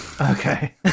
okay